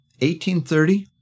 1830